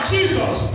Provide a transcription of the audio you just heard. Jesus